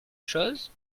chose